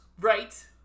Right